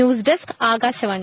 news desk Akashvani